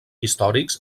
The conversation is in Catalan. històrics